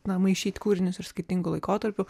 na maišyti kūrinius iš skirtingų laikotarpių